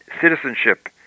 citizenship